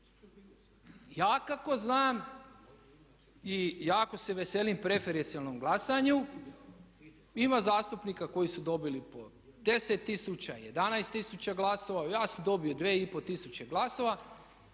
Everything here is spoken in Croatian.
Ja kako znam i jako se veselim preferencijalnom glasanju. Ima zastupnika koji su dobili po 10 tisuća, 11 tisuća glasova, ja sam dobio 2,5 tisuće glasova